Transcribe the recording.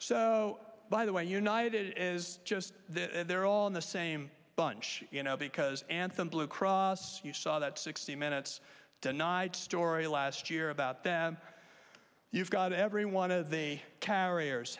so by the way united is just they're all in the same bunch you know because anthem blue cross you saw that sixty minutes denied story last year about them you've got every want to say carriers